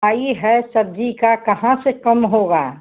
आइ है सब्ज़ी का कहाँ से कम होगा